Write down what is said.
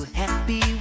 happy